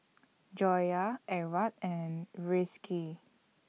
Joyah Ahad and Rizqi